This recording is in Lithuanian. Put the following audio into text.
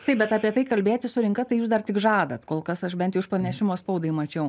taip bet apie tai kalbėtis su rinka tai jūs dar tik žadat kol kas aš bent jau iš pranešimo spaudai mačiau